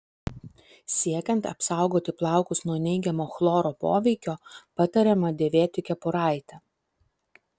siekiant apsaugoti plaukus nuo neigiamo chloro poveikio patariama dėvėti kepuraitę